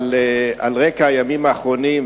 אבל על רקע הימים האחרונים,